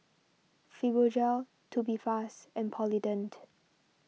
Fibogel Tubifast and Polident